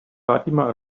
fatima